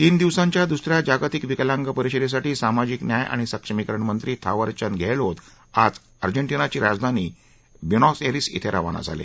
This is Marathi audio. तीन दिवसांच्या दुसऱ्या जागतिक विकलांग परिषदेसाठी सामाजिक न्याय आणि सक्षमीकरण मंत्री थावरचंद गेहलोत आज अर्जेन्टिनाची राजधानी ब्युनॉस एरिस क्वे रवाना झाले